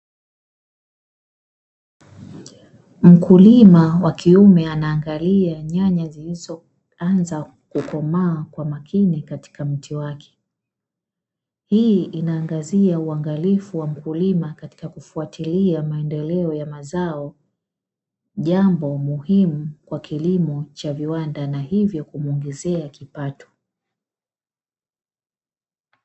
Mkulima wa kiume anaangalia nyanya zilizoanza kukomaa kwa makini katika mti wake, hii inaangazia uangalifu wa mkulima katika kufuatilia maendeleo, ya mazao jambo muhimu kwa kilimo cha viwanda na hivyo kumuongezea kipato.